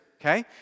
okay